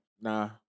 Nah